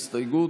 יואל רזבוזוב,